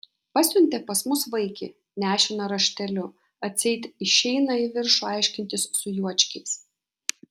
pasiuntė pas mus vaikį nešiną rašteliu atseit išeina į viršų aiškintis su juočkiais